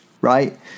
right